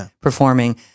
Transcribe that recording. performing